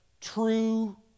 true